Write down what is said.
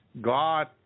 god